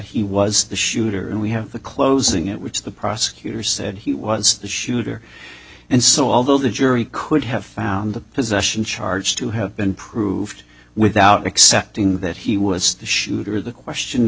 he was the shooter and we have the closing at which the prosecutor said he was the shooter and so although the jury could have found the possession charge to have been proved without accepting that he was the shooter the question